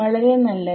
വളരെ നല്ലത്